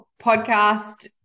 podcast